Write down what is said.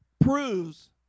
proves